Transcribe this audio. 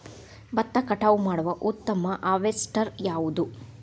ಭತ್ತ ಕಟಾವು ಮಾಡುವ ಉತ್ತಮ ಹಾರ್ವೇಸ್ಟರ್ ಯಾವುದು?